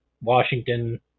Washington